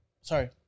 sorry